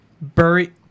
Buried